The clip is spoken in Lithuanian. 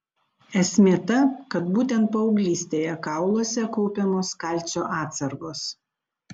esmė ta kad būtent paauglystėje kauluose kaupiamos kalcio atsargos